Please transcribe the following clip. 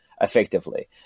effectively